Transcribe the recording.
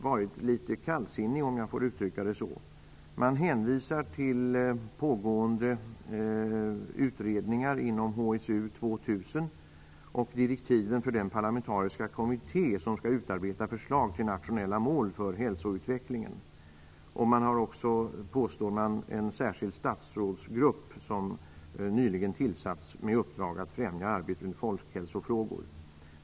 varit litet kallsinnigt, om jag får uttrycka det så. Man hänvisar till pågående utredningar inom HSU 2000 och till direktiven för den parlamentariska kommitté som skall utarbeta förslag till nationella mål för hälsoutvecklingen. Det lär också finnas en särskild statsrådsgrupp som nyligen tillsatts med uppdrag att främja arbetet med folkhälsofrågor.